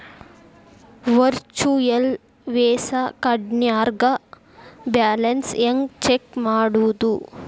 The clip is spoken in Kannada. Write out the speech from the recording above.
ವರ್ಚುಯಲ್ ವೇಸಾ ಕಾರ್ಡ್ನ್ಯಾಗ ಬ್ಯಾಲೆನ್ಸ್ ಹೆಂಗ ಚೆಕ್ ಮಾಡುದು?